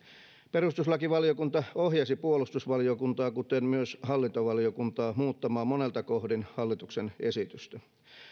perustuslakivaliokunta ohjasi puolustusvaliokuntaa kuten myös hallintovaliokuntaa muuttamaan monelta kohdin hallituksen esitystä